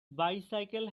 bicycle